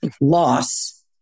loss